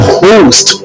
host